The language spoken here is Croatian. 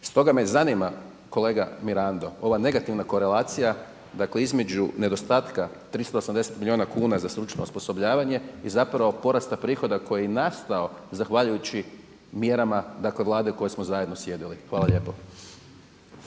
Stoga me zanima kolega Mirando ova negativna korelacija između nedostatka 380 milijuna kuna za stručno osposobljavanje i zapravo porasta prihoda koji je nastao zahvaljujući mjerama vlade u kojoj smo zajedno sjedili. Hvala lijepo.